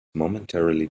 momentarily